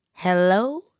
Hello